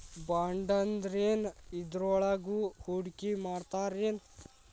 ಬಾಂಡಂದ್ರೇನ್? ಇದ್ರೊಳಗು ಹೂಡ್ಕಿಮಾಡ್ತಾರೇನು?